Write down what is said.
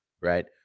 right